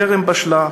טרם בשלה,